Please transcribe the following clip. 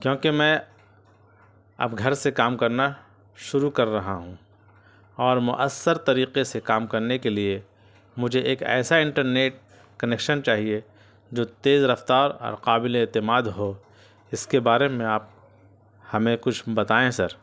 کیونکہ میں اب گھر سے کام کرنا شروع کر رہا ہوں اور مؤثر طریقے سے کام کرنے کے لیے مجھے ایک ایسا انٹرنیٹ کنیکشن چاہیے جو تیز رفتار اور قابل اعتماد ہو اس کے بارے میں آپ ہمیں کچھ بتائیں سر